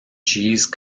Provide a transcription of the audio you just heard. cheese